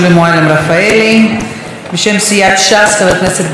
בשם סיעת ש"ס, חבר הכנסת דן סידה, בבקשה, אדוני.